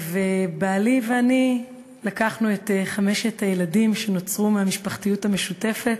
ובעלי ואני לקחנו את חמשת הילדים שנוצרו מהמשפחתיות המשותפת